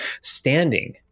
Standing